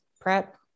prep